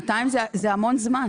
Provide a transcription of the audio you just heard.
שנתיים זה המון זמן.